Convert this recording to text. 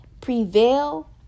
prevail